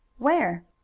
where?